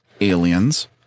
aliens